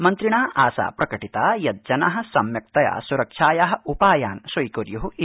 मन्त्रिणा आशा प्रकटिता यत् जना सम्यक् तया स्रक्षाया उपायान् स्वीक्य् इति